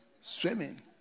Swimming